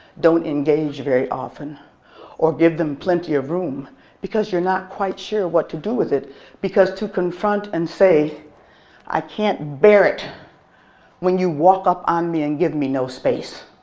don't engage very often or give them plenty of room because you're not quite sure what to do with it because to confront and say i can't bear it when you walk up on me and give me no space